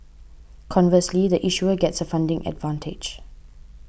conversely the issuer gets funding advantage